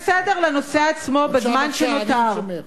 בסדר, לנושא עצמו, בזמן שנותר.